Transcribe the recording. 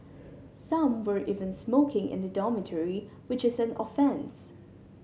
some were even smoking in the dormitory which is an offence